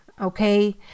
okay